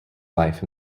life